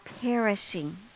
perishing